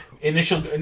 initial